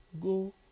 Go